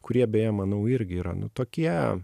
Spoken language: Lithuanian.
kurie beje manau irgi yra nu tokie